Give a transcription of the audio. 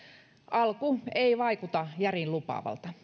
alku ei vaikuta järin lupaavalta